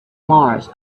mars